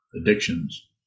Addictions